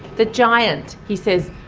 the giant, he says,